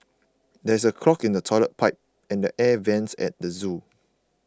there is a clog in the Toilet Pipe and the Air Vents at the zoo